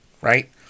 Right